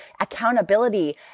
accountability